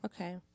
Okay